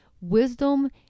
wisdom